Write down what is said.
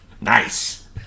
Nice